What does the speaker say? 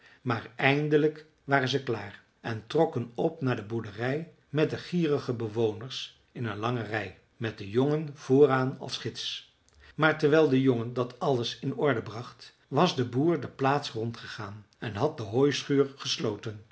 maar eindelijk waren zij klaar en trokken op naar de boerderij met de gierige bewoners in een lange rij met den jongen vooraan als gids maar terwijl de jongen dat alles in orde bracht was de boer de plaats rondgegaan en had de hooischuur gesloten